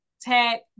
tech